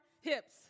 hips